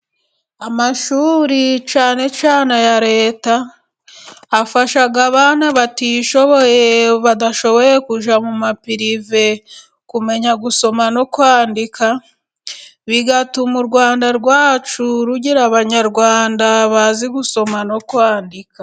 Amashuri cyane cyane aya Leta afasha abana batishoboye, badashoboye kujya mu mapirive kumenya gusoma no kwandika, bigatuma u Rwanda rwacu rugira Abanyarwanda bazi gusoma no kwandika.